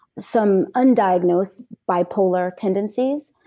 some undiagnosed bipolar tendencies,